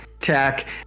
Tech